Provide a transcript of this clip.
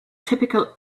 typical